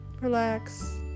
relax